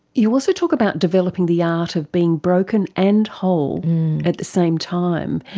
you also talk about developing the art of being broken and whole at the same time,